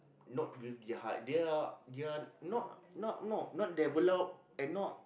not with their heart their their not not not not develop and not